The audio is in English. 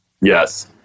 Yes